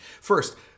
First